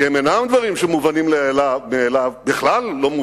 כי הם אינם דברים שמובנים מאליהם לגבי